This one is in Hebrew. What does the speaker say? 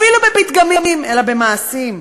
אפילו בפתגמים, אלא במעשים.